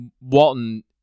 Walton